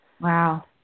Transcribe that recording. Wow